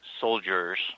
soldiers